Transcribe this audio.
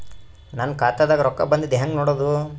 ನನ್ನ ಖಾತಾದಾಗ ರೊಕ್ಕ ಬಂದಿದ್ದ ಹೆಂಗ್ ನೋಡದು?